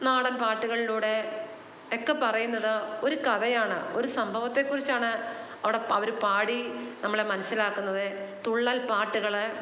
നാടൻ പാട്ടുകളിലൂടെ ഒക്കെ പറയുന്നത് ഒരു കഥയാണ് ഒരു സംഭവത്തെ കുറിച്ചാണ് അവിടെ അവർ പാടി നമ്മളെ മനസിലാക്കുന്നത് തുള്ളൽ പാട്ടുകൾ